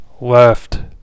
left